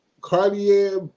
Cartier